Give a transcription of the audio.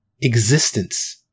existence